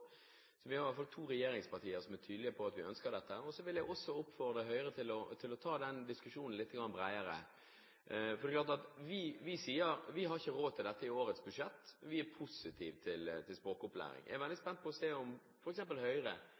Så vi har i hvert fall to regjeringspartier som er tydelige på at man ønsker dette. Så vil jeg også oppfordre Høyre til å ta den diskusjonen litt bredere. Vi har ikke råd til dette i årets budsjett, men vi er positive til språkopplæring. Jeg er veldig spent på å se om f.eks. Høyre